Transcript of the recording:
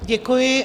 Děkuji.